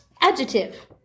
Adjective